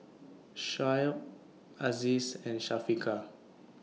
Shoaib Aziz and Syafiqah